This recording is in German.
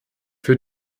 für